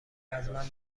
ازمن